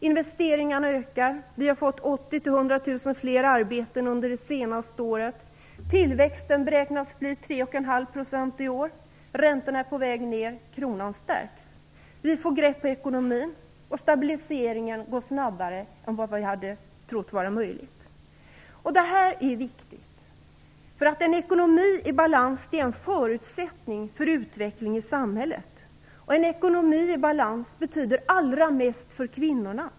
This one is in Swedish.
Investeringarna ökar, vi har fått 80 000-100 000 fler arbeten under det senaste året, tillväxten beräknas bli 3,5 % i år, räntorna är på väg ner och kronan stärks. Vi får grepp på ekonomin, och stabiliseringen går snabbare än vad vi hade trott var möjligt. Detta är viktigt, därför att en ekonomi i balans är en förutsättning för utveckling i samhället. En ekonomi i balans betyder allra mest för kvinnorna.